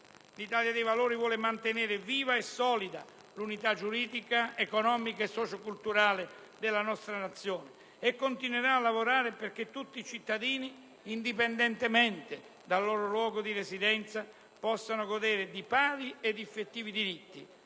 L'Italia dei Valori vuole mantenere viva e solida l'unità giuridica, economica e socioculturale della nostra Nazione e continuerà a lavorare perché tutti i cittadini, indipendentemente dal loro luogo di residenza, possano godere di pari e di effettivi diritti